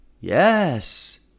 Yes